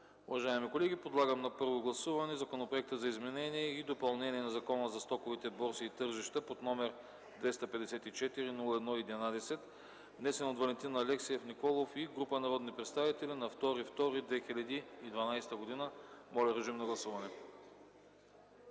Уважаеми колеги, подлагам на първо гласуване Законопроекта за изменение и допълнение на Закона за стоковите борси и тържищата под № 254-01-11, внесен от Валентин Алексиев Николов и група народни представители на 2 февруари 2012 г. Гласували